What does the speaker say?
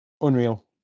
unreal